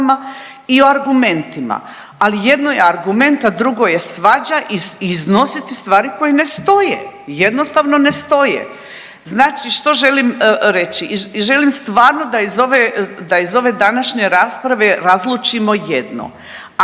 i argumentima, ali jedno je argument, a drugo je svađa i iznositi stvari koje ne stoje, jednostavno ne stoje. Znači što želim reći i želim stvarno da iz ove, da iz ove današnje rasprave razlučimo jedno,